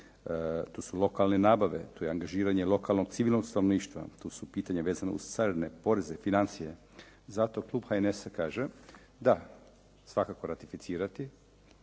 Tu su lokalne nabave, tu je angažiranje lokalnog civilnog stanovništva, tu su pitanja vezana uz carine, poreze, financije. Zato klub HNS-a kaže da svakako ratificirati